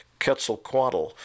Quetzalcoatl